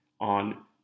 on